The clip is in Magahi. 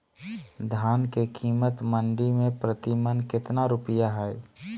धान के कीमत मंडी में प्रति मन कितना रुपया हाय?